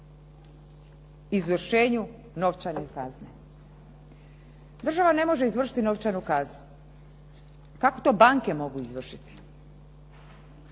izvršenju novčane kazne. Država ne može izvršiti novčanu kaznu. Kako to banke mogu izvršiti?